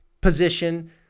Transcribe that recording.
position